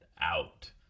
out